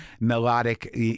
melodic